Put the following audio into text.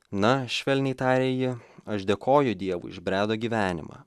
na švelniai tarė ji aš dėkoju dievui už bredo gyvenimą